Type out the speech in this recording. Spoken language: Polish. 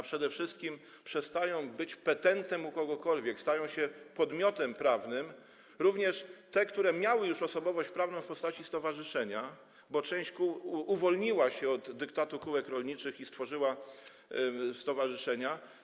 Przede wszystkim koła przestają być petentem u kogokolwiek, stają się podmiotem prawnym, również te, które miały już osobowość prawną w postaci stowarzyszenia, bo część kół uwolniła się od dyktatu kółek rolniczych i stworzyła stowarzyszenia.